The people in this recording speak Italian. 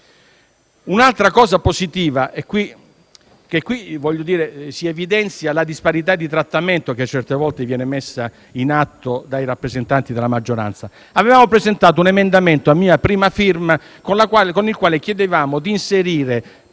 un altro aspetto positivo, che evidenzia la disparità di trattamento che a volte viene messa in atto dai rappresentanti della maggioranza. Avevamo presentato un emendamento, a mia prima firma, con il quale chiedevamo d'inserire